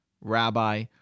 rabbi